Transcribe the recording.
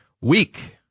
week